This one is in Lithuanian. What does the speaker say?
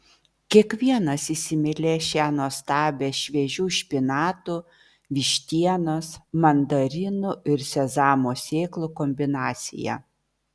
kiekvienas įsimylės šią nuostabią šviežių špinatų vištienos mandarinų ir sezamo sėklų kombinaciją